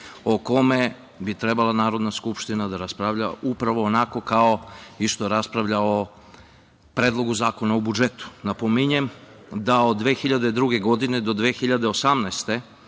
o kome bi trebalo Narodna skupština da raspravlja upravo onako kao i što raspravlja o Predlogu zakona o budžetu. Napominjem da od 2002. godine do 2018.